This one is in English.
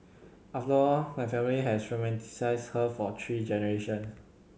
after all my family has romanticised her for three generations